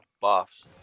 buffs